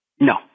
No